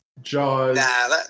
Jaws